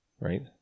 Right